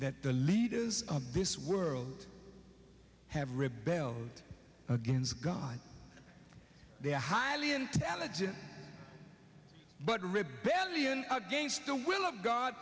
that the leaders of this world have rebelled against god they are highly intelligent but rebellion against the will of god